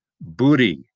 booty